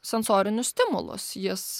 sensorinius stimulus jis